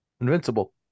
Invincible